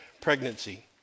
pregnancy